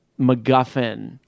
MacGuffin